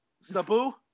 Sabu